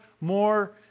more